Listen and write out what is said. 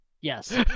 Yes